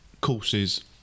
courses